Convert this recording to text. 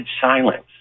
silence